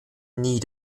nie